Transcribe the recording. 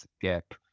gap